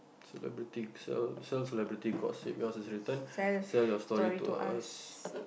celebrity self self celebrity gossips yours is written sell your stories to us